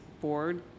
board